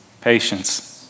patience